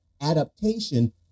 adaptation